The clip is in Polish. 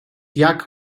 jak